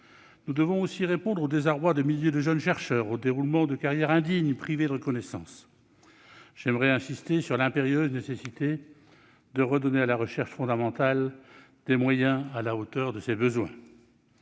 Nous devons aussi répondre au désarroi de milliers de jeunes chercheurs au déroulement de carrière indigne, privés de reconnaissance. J'aimerais insister sur l'impérieuse nécessité de redonner à la recherche fondamentale des moyens à la hauteur de ses besoins.